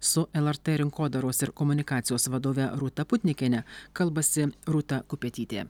su lrt rinkodaros ir komunikacijos vadove rūta putnikiene kalbasi rūta kupetytė